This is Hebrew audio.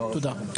תודה.